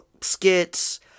skits